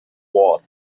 war